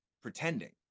pretending